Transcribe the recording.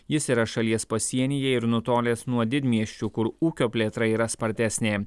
jis yra šalies pasienyje ir nutolęs nuo didmiesčių kur ūkio plėtra yra spartesnė